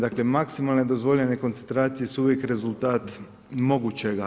Dakle, maksimalne dozvoljene koncentracije su uvijek rezultat mogućega.